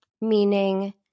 meaning